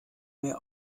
mehr